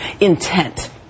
intent